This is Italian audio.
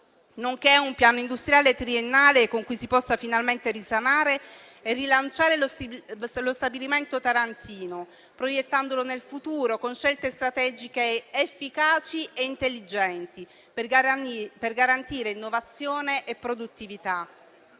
nonché un piano industriale triennale con cui si possa finalmente risanare e rilanciare lo stabilimento tarantino, proiettandolo nel futuro con scelte strategiche, efficaci e intelligenti, per garantire innovazione e produttività.